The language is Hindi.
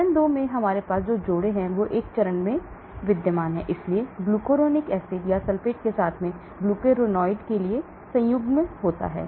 चरण 2 में हमारे पास जो जोड़े हैं वे चरण एक में विद्यमान हैं इसलिए ग्लुकुरोनिक एसिड या सल्फेट के साथ ग्लुकुरोनाइड के लिए संयुग्मन होता है